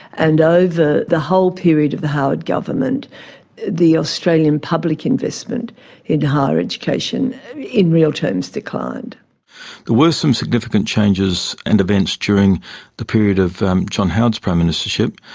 and over the whole period of the howard government the australian public investment in higher education in real terms declined. there were some significant changes and events during the period of john howard's prime ministership.